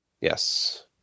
yes